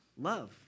Love